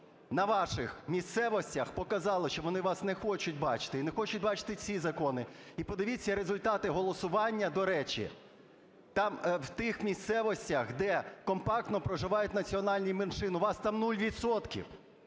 на ваших місцевостях показали, що вони вас не хочуть бачити, і не хочуть бачити ці закони. І подивіться результати голосування, до речі, там, в тих місцевостях, де компактно проживають національні меншини, у вас там